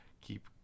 keep